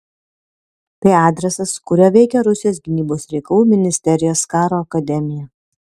tai adresas kuriuo veikia rusijos gynybos reikalų ministerijos karo akademija